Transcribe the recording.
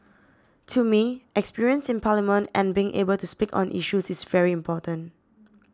to me experience in Parliament and being able to speak on issues is very important